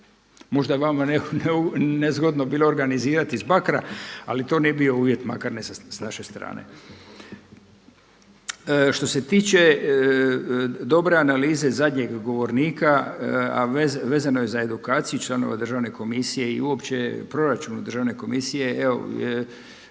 Možda je vama nezgodno bilo organizirati iz Bakra, ali to ne bi bio uvjet makar ne sa naše strane. Što se tiče dobre analize zadnjeg govornika, a vezano je za edukaciju članova Državne komisije i uopće proračun Državne komisije je